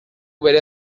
bere